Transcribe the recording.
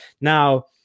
now